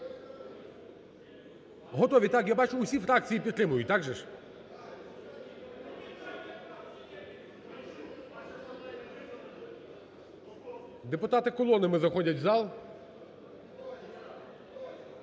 Готові, так? Я бачу всі фракції підтримують, так же ж? Депутати колонами заходять в зал.